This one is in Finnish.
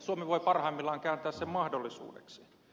suomi voi parhaimmillaan kääntää sen mahdollisuudeksi